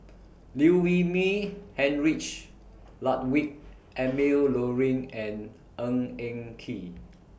Liew Wee Mee Heinrich Ludwig Emil Luering and Ng Eng Kee